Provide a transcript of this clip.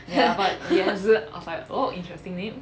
ya but then oh interesting name